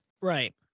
right